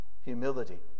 humility